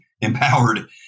empowered